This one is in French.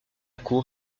cour